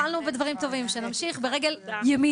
היום ה-26 ביוני 2022